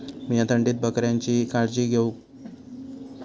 मीया थंडीत बकऱ्यांची काळजी कशी घेव?